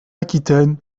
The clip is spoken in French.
aquitaine